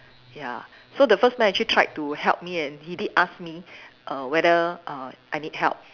ya so the first man actually tried to help me and he did ask me err whether uh I need help